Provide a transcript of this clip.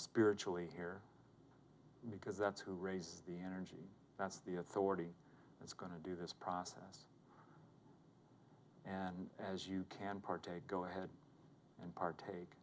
spiritually here because that's who raises the energy that's the authority that's going to do this process and as you can partake go ahead and partake